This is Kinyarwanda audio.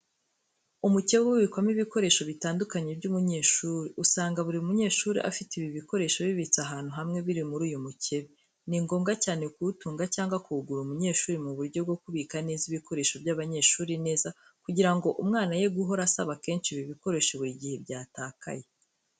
Umukebe ubikwamo ibikoresho bitandukanye by'umunyeshuri, usanga buri munyeshuri afite ibi bikoresho bibitse ahantu hamwe biri muri uyu mukebe. Ni ngombwa cyane kuwutunga cyangwa kuwugurira umunyeshuri mu buryo bwo kubika neza ibikoresho by'abanyeshuri neza kugira ngo umwana ye guhora asaba kenshi ibi bikoresho buri gihe byatakaye.